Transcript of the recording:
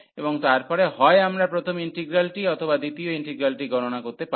এবং তারপরে হয় আমরা প্রথম ইন্টিগ্রালটি অথবা দ্বিতীয়টি গণনা করতে পারি